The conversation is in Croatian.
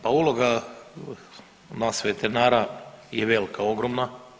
Pa uloga nas veterinara je velika, ogromna.